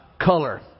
color